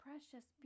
Precious